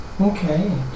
Okay